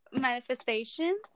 manifestation